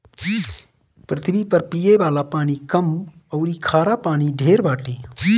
पृथ्वी पर पिये वाला पानी कम अउरी खारा पानी ढेर बाटे